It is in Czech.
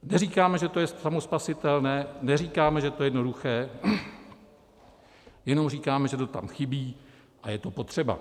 Neříkáme, že to je samospasitelné, neříkáme, že to je jednoduché, jenom říkáme, že to tam chybí a je to potřeba.